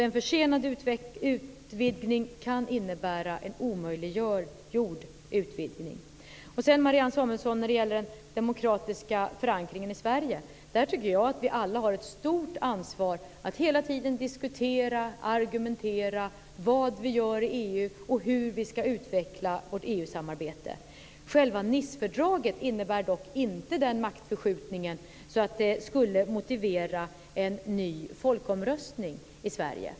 En försenad utvidgning kan alltså innebära en omöjliggjord utvidgning. Marianne Samuelsson! När det sedan gäller den demokratiska förankringen i Sverige tycker jag att vi alla har ett stort ansvar för att hela tiden diskutera och argumentera kring vad vi gör i EU och hur vi ska utveckla vårt EU-samarbete. Själva Nicefördraget innebär dock inte en sådan maktförskjutning att det skulle motivera en ny folkomröstning i Sverige.